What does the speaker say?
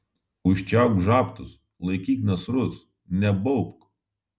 užčiaupk žabtus laikyk nasrus nebaubk